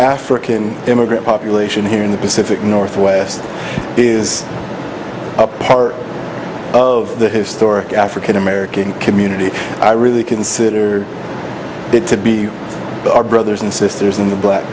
african immigrant population here in the pacific northwest is a part of the historic african american community i really consider that to be our brothers and sisters in the black